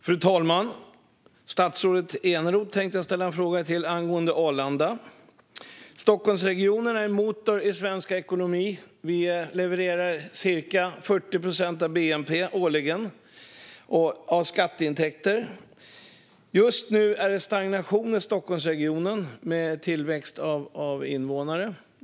Fru talman! Jag tänkte ställa en fråga till statsrådet Eneroth angående Arlanda. Stockholmsregionen är en motor i svensk ekonomi. Vi levererar ca 40 procent av bnp årligen och även stora skatteintäkter. Just nu ser vi en stagnation i Stockholmsregionen när det gäller tillväxten av invånare.